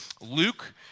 Luke